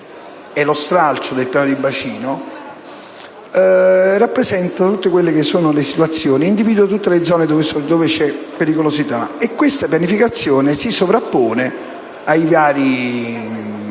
è lo stralcio del Piano di bacino, rappresenta tutte le situazioni e individua tutte le zone dove c'è pericolosità. Questa pianificazione si sovrappone ai vari